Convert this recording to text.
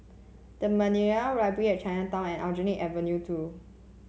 The Madeira Library at Chinatown and Aljunied Avenue Two